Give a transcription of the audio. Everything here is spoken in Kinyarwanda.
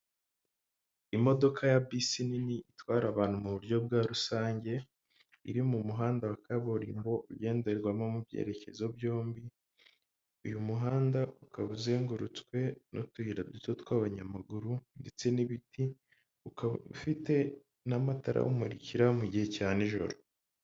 Imodoka ya bisi nini itwara abantu mu buryo bwa rusange, iri mu muhanda wa kaburimbo ugendererwamo mu byerekezo byombi, uyu muhanda ukaba uzengurutswe n'utuyira duto tw'abanyamaguru ndetse n'ibiti, ukaba ufite n'amatara uwumurikira mu gihe cya nijoro.